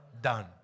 done